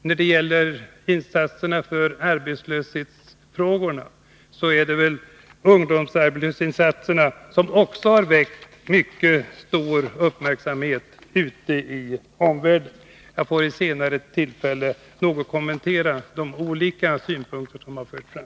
När det gäller insatserna mot arbetslösheten har de åtgärder som vidtagits mot ungdomsarbetslösheten väckt mycket stor uppmärksamhet ute i omvärlden. Min taltid är nu slut, men jag får kanske vid något senare tillfälle möjlighet att kommentera de olika synpunkter som har förts fram.